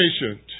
patient